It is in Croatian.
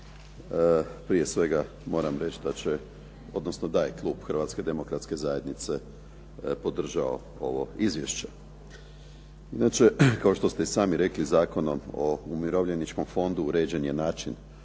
Prije svega moram reći da će, odnosno da je klub Hrvatske demokratske zajednice podržao ovo izvješće. Inače, kao što ste i sami rekli Zakonom o Umirovljeničkom fondu uređen je način